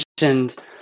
mentioned